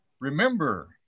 remember